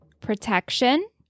protection